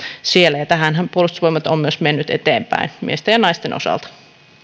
siellä ja tässähän puolustusvoimat on myös mennyt eteenpäin miesten ja naisten osalta